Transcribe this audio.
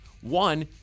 One